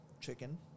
chicken